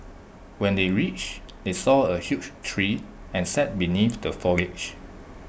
when they reached they saw A huge tree and sat beneath the foliage